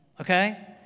okay